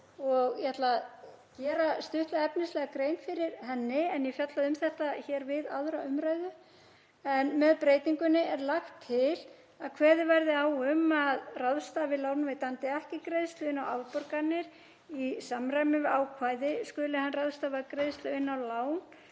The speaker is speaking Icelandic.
og ég ætla að gera stuttlega efnislega grein fyrir henni en ég fjallaði um þetta hér við 2. umræðu. Með breytingunni er lagt til að kveðið verði á um að ráðstafi lánveitandi ekki greiðslu inn á afborganir í samræmi við ákvæðið skuli hann ráðstafa greiðslu inn á lán